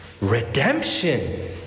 redemption